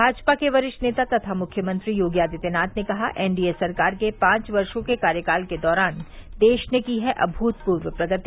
भाजपा के वरिष्ठ नेता तथा मुख्यमंत्री योगी आदित्यनाथ ने कहा एनडीए सरकार के पांच वर्षो के कार्यकाल के दौरान देश ने की है अभूतपूर्व प्रगति